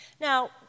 Now